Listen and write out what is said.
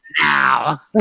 now